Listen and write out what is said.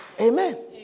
Amen